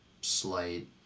slight